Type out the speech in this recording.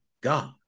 God